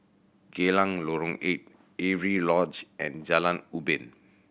Geylang Lorong Eight Avery Lodge and Jalan Ubin